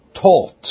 taught